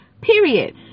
Period